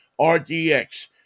RDX